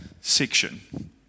section